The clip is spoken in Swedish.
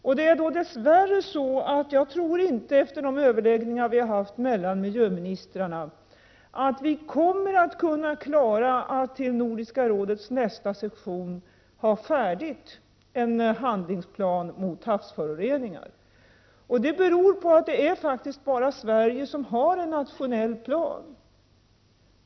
Jag tror dess värre, efter de överläggningar vi har haft mellan miljöministrarna, att vi inte kommer att kunna klara att till Nordiska rådets nästa session ha färdig en handlingsplan mot havsföroreningar. Det beror på att det bara är Sverige som har en nationell plan.